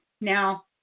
Now